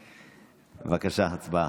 בבקשה, הצבעה.